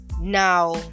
Now